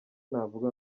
navuga